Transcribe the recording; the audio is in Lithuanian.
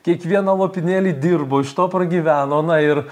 kiekvieną lopinėlį dirbo iš to pragyveno na ir